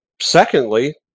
secondly